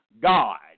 God